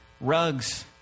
rugs